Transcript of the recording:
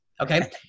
Okay